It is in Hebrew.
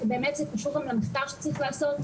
זה קשור גם במחקר שצריך לעשות,